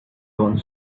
done